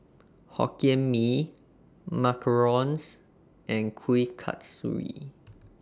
Hokkien Mee Macarons and Kuih Kasturi